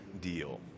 deal